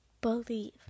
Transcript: believe